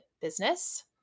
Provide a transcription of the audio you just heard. business